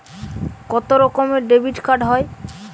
কত রকমের ডেবিটকার্ড হয়?